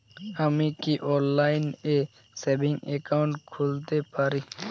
আমি কি অনলাইন এ সেভিংস অ্যাকাউন্ট খুলতে পারি?